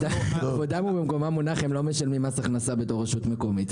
כבודם במקומם מונח; הם לא משלמים מס הכנסה בתור רשות מקומית.